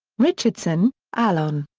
richardson, alan.